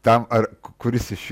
ten ar kuris iš